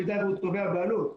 במידה שהוא תובע בעלות,